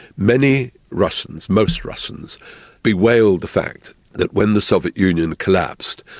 many russians most russians bewail the fact that when the soviet union collapsed,